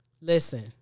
Listen